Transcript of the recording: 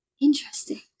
interesting